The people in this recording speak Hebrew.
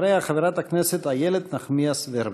אחריה, חברת הכנסת איילת נחמיאס ורבין.